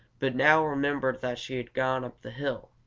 but now remembered that she had gone up the hill.